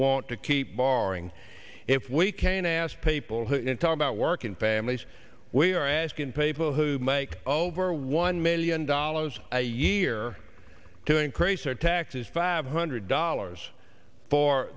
want to keep borrowing if we can ask people who talk about working families we are asking people who make over one million dollars a year to increase our taxes five hundred dollars for